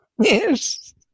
Yes